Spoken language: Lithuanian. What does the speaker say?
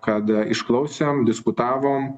kad išklausėm diskutavom